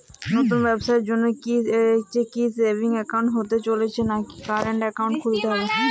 নতুন ব্যবসার জন্যে কি সেভিংস একাউন্ট হলে চলবে নাকি কারেন্ট একাউন্ট খুলতে হবে?